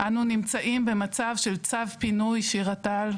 אנו נמצאים במצב של צו פינוי שירה תם,